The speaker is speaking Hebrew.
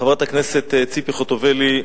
חברת הכנסת ציפי חוטובלי,